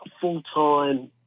full-time